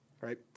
Right